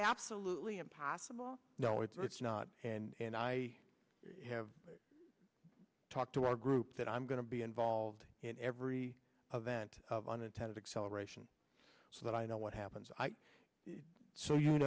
absolutely impassable no it's not and i have talked to our group that i'm going to be involved in every a vent of unintended acceleration so that i know what happens i so you